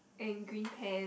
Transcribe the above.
and green pant